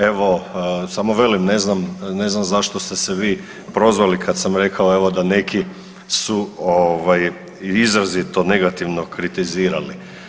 Evo samo velim ne znam zašto ste se vi prozvali kad sam rekao da neki su izrazito negativno kritizirali.